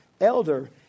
elder